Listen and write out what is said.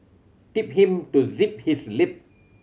tell him to zip his lip